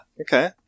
okay